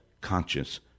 conscious